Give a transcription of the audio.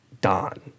Don